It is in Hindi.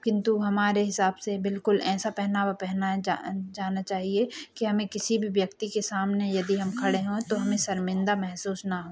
किन्तु हमारे हिसाब से बिल्कुल ऐसा पहनावा पहनाया जाना चाहिए कि हमें किसी भी व्यक्ति के सामने यदि हम खड़े हों तो हमें शर्मिन्दा महसूस न हो